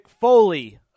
Foley